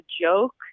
joke